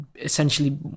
essentially